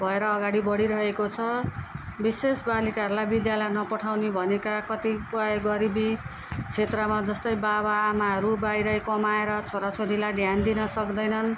भएर अगाडि बढिरहेको छ विशेष बालिकाहरूलाई विद्यालय नपठाउने भनेका कतिपय गरिबी क्षेत्रमा जस्तै बाबा आमाहरू बाहिरै कमाएर छोरा छोरीलाई ध्यान दिन सक्दैनन्